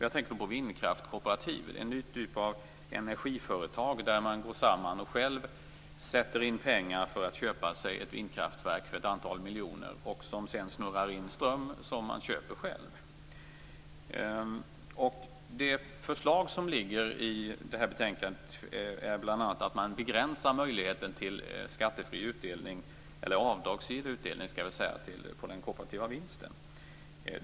Jag tänker på vindkraftkooperativ, en ny typ av energiföretag där ett antal personer går samman och för ett antal miljoner köper sig ett vindkraftverk, som sedan snurrar in ström som ägarna själva kan köpa. Förslaget i betänkandet innebär bl.a. att möjligheten till avdragsgill utdelning på den kooperativa vinsten begränsas.